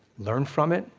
learn from it,